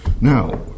Now